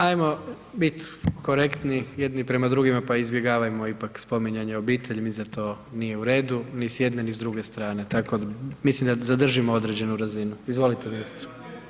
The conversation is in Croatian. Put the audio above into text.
Ajmo bit korektni jedni prema drugima, pa izbjegavajmo ipak spominjanje obitelji, mislim da to nije u redu ni s jedne ni s druge strane, tako, mislim da, zadržimo određenu razinu, izvolite ministre.